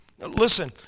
Listen